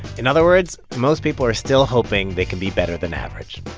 in other words, most people are still hoping they can be better than average